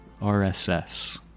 RSS